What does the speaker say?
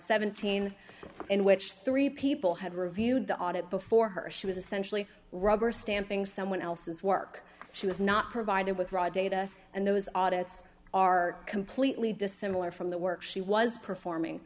seventeen in which three people had reviewed the audit before her she was essentially rubber stamping someone else's work she was not provided with raw data and those audits are completely dissimilar from the work she was performing